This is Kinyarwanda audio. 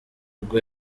ubwo